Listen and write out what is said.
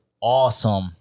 awesome